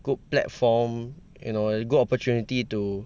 good platform you know good opportunity to